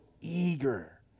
eager